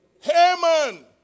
Haman